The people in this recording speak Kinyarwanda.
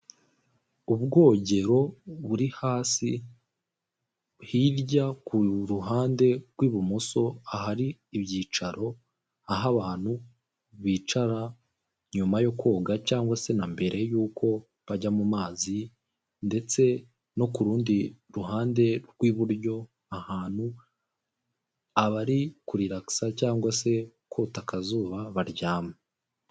Ubwogero buri hasi hirya ku ruhande rw'ibumoso ahari ibyicaro aho abantu bicara nyuma yo koga cyangwa se na mbere y'uko bajya mu mazi ndetse no ku rundi ruhande rw'iburyo ahantu abari kuriragisa cyangwa se kota akazuba baryama.